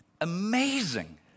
amazing